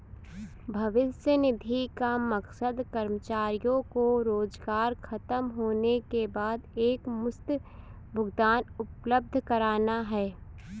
भविष्य निधि का मकसद कर्मचारियों को रोजगार ख़तम होने के बाद एकमुश्त भुगतान उपलब्ध कराना है